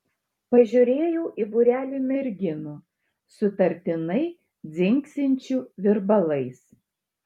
pažiūrėjau į būrelį merginų sutartinai dzingsinčių virbalais